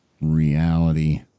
reality